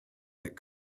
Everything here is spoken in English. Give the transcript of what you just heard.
that